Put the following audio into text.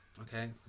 okay